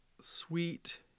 sweet